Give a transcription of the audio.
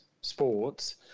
sports